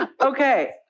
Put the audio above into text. okay